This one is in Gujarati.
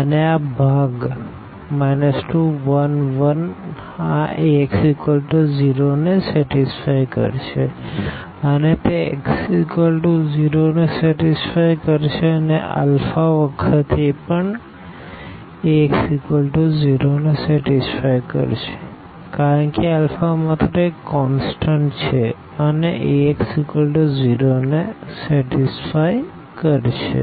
અને આ ભાગ 2 11 આ Ax0 ને સેટીસફાઈ કરશે અને તે x0 ને સેટીસફાઈ કરશે અને આલ્ફા વખત એ પણ Ax0ને સેટીસફાઈ કરશેકારણ કે આલ્ફા માત્ર એક કોનસ્ટન્ટ છે અને Ax0ને સેટીસફાઈ કરશે